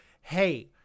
hey